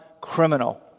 criminal